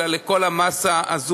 אלא על כל המאסה הזאת,